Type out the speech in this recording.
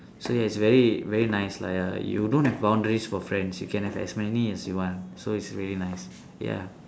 so it's very very nice lah ya you don't have boundaries for friends you can have as many as you want so it's really nice ya